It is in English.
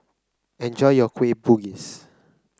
enjoy your Kueh Bugis